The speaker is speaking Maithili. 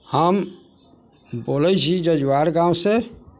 हम बोलैत छी जजुआर गामसँ